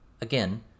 Again